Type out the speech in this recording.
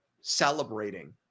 celebrating